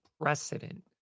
precedent